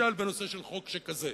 למשל בנושא של חוק שכזה,